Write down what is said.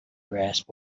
grasp